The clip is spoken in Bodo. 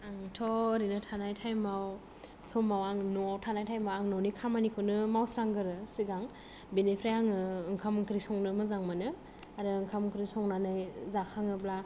आंथ' ओरैनो थानाय टायेमाव समाव आं न'आव थानाय टायेमाव आं न'नि खामानिखौनो मावस्रांगोरो सिगां बिनिफ्राय आङो ओंखाम ओंख्रि संनो मोजां मोनो आरो ओंखाम ओंख्रि संनानै जाखाङोब्ला